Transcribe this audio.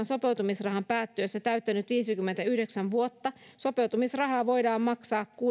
sopeutumisrahan päättyessä täyttänyt viisikymmentäyhdeksän vuotta sopeutumisrahaa voidaan maksaa